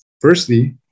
Firstly